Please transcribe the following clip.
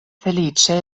feliĉe